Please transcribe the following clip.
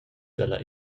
dalla